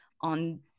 on